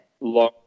long